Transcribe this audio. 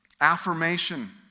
affirmation